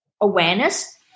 awareness